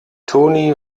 toni